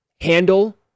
handle